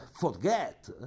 forget